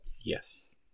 Yes